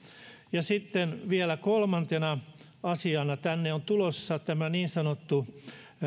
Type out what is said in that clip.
ja sitten vielä kolmantena asiana tänne on tulossa tämä niin sanottu